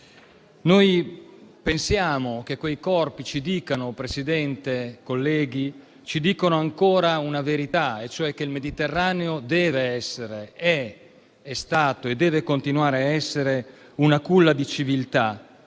Pensiamo che quei corpi, signor Presidente, colleghi, ci dicano ancora una verità e cioè che il Mediterraneo è stato, è e deve continuare a essere una culla di civiltà